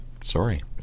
Sorry